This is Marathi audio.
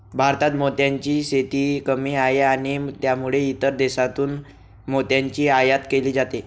भारतात मोत्यांची शेती कमी आहे आणि त्यामुळे इतर देशांतून मोत्यांची आयात केली जाते